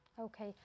okay